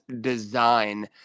design